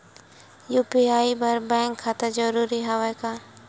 UPI बर bank खाता जरूरी हवय का?